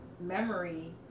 memory